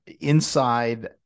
inside